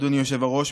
אדוני היושב-ראש,